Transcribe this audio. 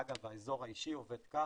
אגב, האזור האישי עובד כך,